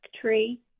tree